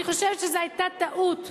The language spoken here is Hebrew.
אני חושבת שזאת היתה טעות.